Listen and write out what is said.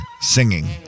singing